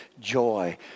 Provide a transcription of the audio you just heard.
joy